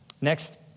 Next